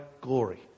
glory